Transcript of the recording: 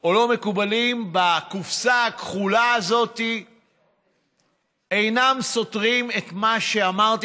או לא מקובלים בקופסה הכחולה הזאת אינם סותרים את מה שאמרתי